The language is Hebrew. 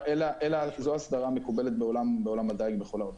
זו ההסדרה המקובלת בעולם הדייג בכל העולם.